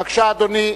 בבקשה, אדוני.